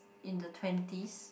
in the twenties